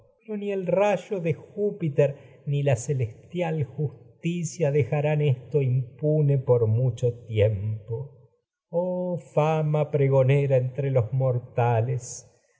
ni el rayo júpiter ni la celestial justicia mucho tiempo que dejarán esto impune los mor por oh fama mi pregonera voz entre en tales